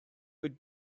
would